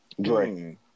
Dre